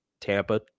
Tampa